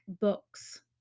books